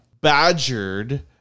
badgered